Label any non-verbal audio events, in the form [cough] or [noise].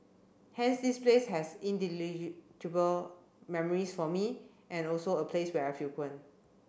hence this place has [unintelligible] memories for me and also a place where I frequent